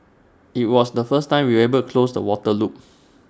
IT was the first time we were able close the water loop